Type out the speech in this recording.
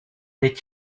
est